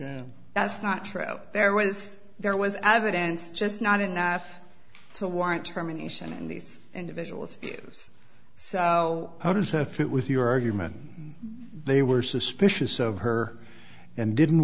or that's not true there was there was evidence just not enough to warrant terminations and these individuals so how does a fit with your argument they were suspicious of her and didn't